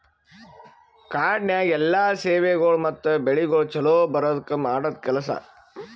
ಕಾಡನ್ಯಾಗ ಎಲ್ಲಾ ಸೇವೆಗೊಳ್ ಮತ್ತ ಬೆಳಿಗೊಳ್ ಛಲೋ ಬರದ್ಕ ಮಾಡದ್ ಕೆಲಸ